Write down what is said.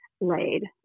laid